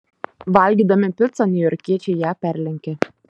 valgydami picą niujorkiečiai ją perlenkia